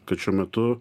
kad šiuo metu